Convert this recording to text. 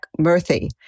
Murthy